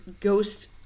ghost